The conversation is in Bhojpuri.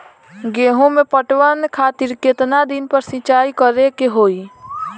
गेहूं में पटवन खातिर केतना दिन पर सिंचाई करें के होई?